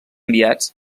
enviats